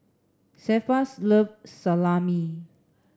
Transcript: Cephus loves Salami